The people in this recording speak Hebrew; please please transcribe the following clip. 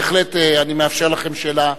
בהחלט, אני מאפשר לכם שאלה.